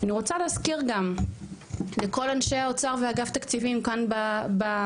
אני רוצה להזכיר כאן לכל אנשי האוצר ואגף תקציבים כאן בוועדה,